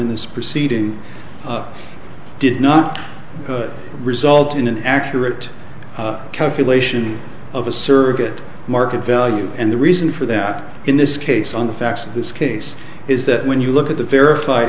in this proceeding up did not result in an accurate calculation of a surrogate market value and the reason for that in this case on the facts of this case is that when you look at the verified